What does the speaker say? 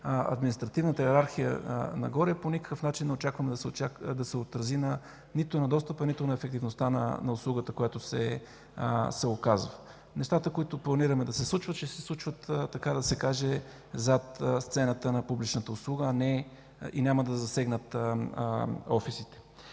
административната йерархия нагоре по никакъв начин не очакваме да се отрази нито на достъпа, нито на ефективността на услугата, която се оказва. Нещата, които планираме да се случват, ще се случват, така да се каже, зад сцената на публичната услуга и няма да засегнат офисите.